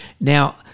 now